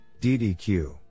ddq